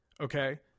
okay